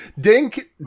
Dink